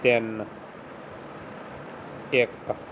ਤਿੰਨ ਇੱਕ